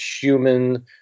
human